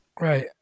Right